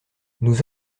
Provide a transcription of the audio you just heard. nous